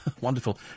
Wonderful